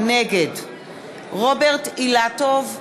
נגד רוברט אילטוב,